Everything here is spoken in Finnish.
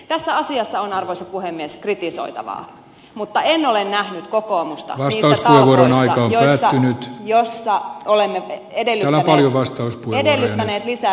tässä asiassa on arvoisa puhemies kritisoitavaa mutta en ole nähnyt kokoomusta niissä talkoissa joissa olemme edellyttäneet lisäresursseja esimerkiksi puhemies sulki puhujan mikrofonin koska puheaika ylittyi